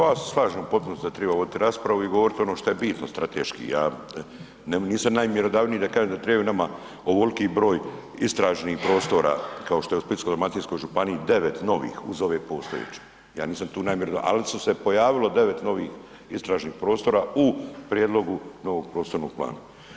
Pa ja se slažem u potpunosti da treba vodit raspravu i govorit ono šta je bitno strateški, ja nisam najmjerodavniji da kažem da treba nama ovoliki broj istražnih prostora kao što je u Splitsko-dalmatinskoj županiji 9 novi uz ove postojeće, ja nisam tu najmjerodavniji ali su se pojavili 9 novih istražnih prostora u prijedlogu novog prostornog plana.